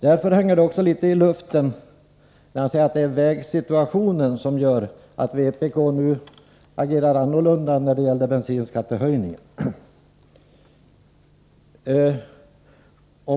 Därför hänger det också litet i luften när Sven Henricsson säger att det är vägsituationen som gör att vpk nu agerar på ett annat sätt än när det gällde bensinskattehöjningen.